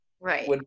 Right